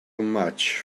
much